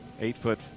Eight-foot